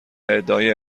ادعای